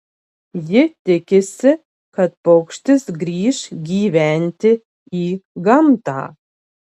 ji tikisi kad paukštis grįš gyventi į gamtą